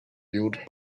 fueled